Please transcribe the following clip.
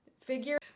figure